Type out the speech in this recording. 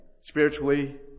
spiritually